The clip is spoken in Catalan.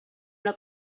una